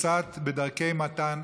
קבוצת "בדרכי מתן",